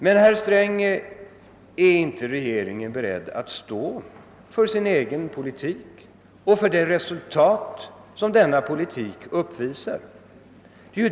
Men, herr Sträng, är inte regeringen beredd att stå för sin egen politik och för det resultat som denna politik uppvisar?